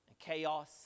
chaos